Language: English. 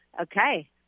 okay